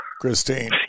Christine